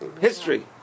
history